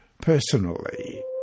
personally